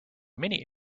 many